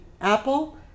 Apple